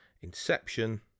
Inception